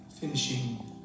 finishing